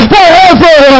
Forever